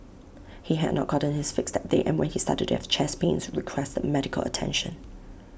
he had not gotten his fix that day and when he started to have chest pains requested medical attention